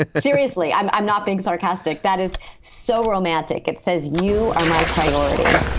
ah seriously, i'm i'm not being sarcastic. that is so romantic. it says you are my priority